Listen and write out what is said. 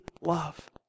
love